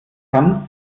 kann